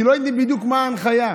כי לא יודעים בדיוק מה ההנחיה,